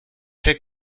c’est